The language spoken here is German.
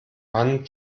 mann